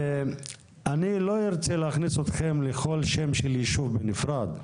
אני לא רוצה להכניס אתכם לכל שם של יישוב בנפרד.